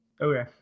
Okay